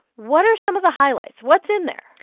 what are some of the highlights? what's in there?